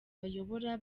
bayobora